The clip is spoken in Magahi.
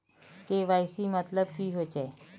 के.वाई.सी मतलब की होचए?